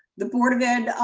the board of ed